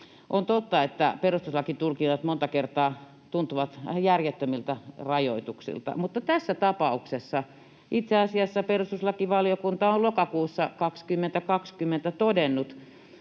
On totta, että perustuslakitulkinnat monta kertaa tuntuvat vähän järjettömiltä rajoituksilta, mutta itse asiassa tässä tapauksessa perustuslakivaliokunta lokakuussa 2020 totesi,